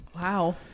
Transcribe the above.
Wow